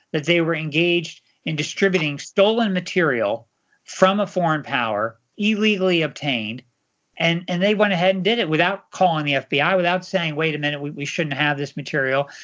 that they were engaged in distributing stolen material from a foreign power, illegally obtained and and they went ahead and did it without calling the fbi, without saying wait a minute, we we shouldn't have this material.